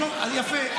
יפה.